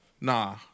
Nah